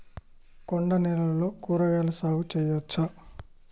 కొండ నేలల్లో కూరగాయల సాగు చేయచ్చా?